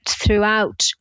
throughout